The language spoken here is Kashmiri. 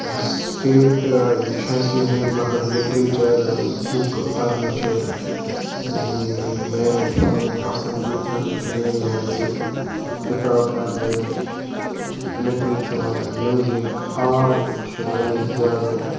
فیورِٹ یہِ چھُ اَسہِ یِہٕے مَطلَب لِٹریچَر بُک پَرنہِ چھِ میانہِ میٲنۍ پَسَنٛد چھِ یِہے زٕ کِتاب پَرنہِ لِٹریچَر میوٗزِک آٹ چھُ واریاہ زیادٕ